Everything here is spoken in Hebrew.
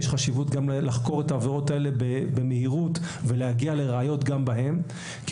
יש חשיבות גם לחקור את העבירות האלה במהירות ולהגיע לראיות גם בהן כי